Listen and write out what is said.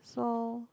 so